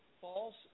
false